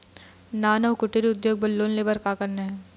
नान अउ कुटीर उद्योग बर लोन ले बर का करना हे?